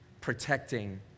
protecting